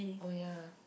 oh ya